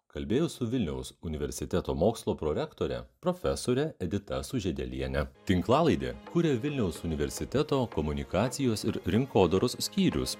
kalbėjau su vilniaus universiteto mokslo prorektore profesore edita sužiedeliene tinklalaidę kuria vilniaus universiteto komunikacijos ir rinkodaros skyrius